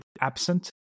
absent